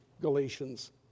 Galatians